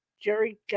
Jerry